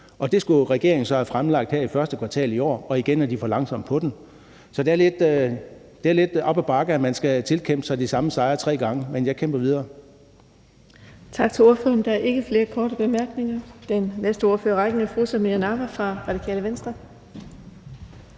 og det skulle regeringen så have fremlagt her i første kvartal i år, og igen er de for langsomme på den. Så det er lidt op ad bakke, at man skal tilkæmpe sig de samme sejre tre gange, men jeg kæmper videre.